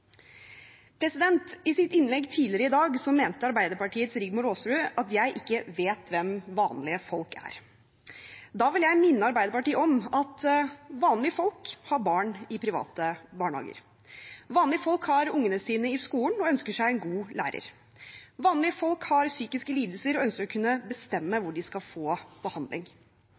I sitt innlegg tidligere i dag mente Arbeiderpartiets Rigmor Aasrud at jeg ikke vet hvem vanlige folk er. Da vil jeg minne Arbeiderpartiet om at vanlige folk har barn i private barnehager. Vanlige folk har ungene sine i skolen og ønsker seg en god lærer. Vanlige folk har psykiske lidelser og ønsker å kunne bestemme hvor de skal få behandling.